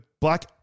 black